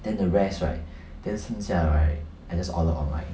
then the rest right then 剩下 right I just order online